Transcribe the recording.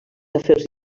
afers